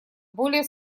более